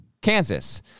Kansas